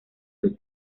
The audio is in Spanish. sus